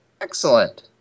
Excellent